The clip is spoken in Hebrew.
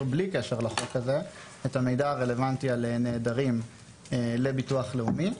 את המידע הרלוונטי על נעדרים לביטוח לאומי.